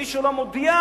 ומי שלא מודיע,